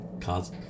cars